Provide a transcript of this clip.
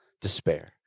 despair